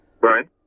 right